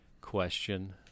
question